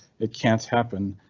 it can't happen,